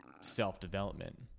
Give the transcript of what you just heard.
self-development